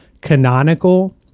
canonical